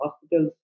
hospitals